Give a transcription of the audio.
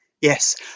Yes